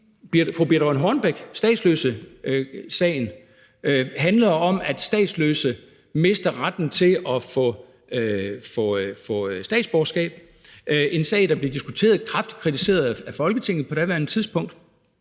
fru Birthe Rønn Hornbech i statsløsesagen. Den handler om, at statsløse mister retten til at få statsborgerskab. Det er en sag, der blev diskuteret og kraftigt kritiseret af Folketinget på daværende tidspunkt.